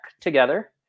together